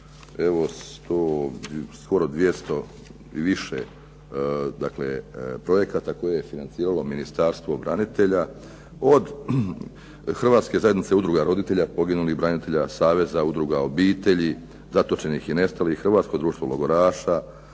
evo skoro 200 i više projekata koje je financiralo Ministarstvo branitelja, od Hrvatske zajednice udruga roditelja poginulih branitelja, saveza udruga obitelji zatočenih i nestalih, Hrvatsko društvo logoraša,